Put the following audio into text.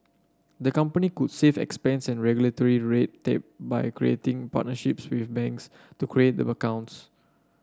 the company could save expense and regulatory red tape by creating partnerships with banks to create the accounts